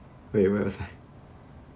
where where was I